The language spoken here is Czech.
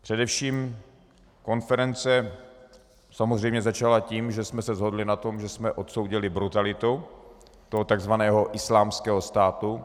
Především konference samozřejmě začala tím, že jsme se shodli na tom, že jsme odsoudili brutalitu toho takzvaného Islámského státu.